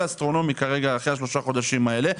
אסטרונומי כרגע אחרי שלושה החודשים האלה,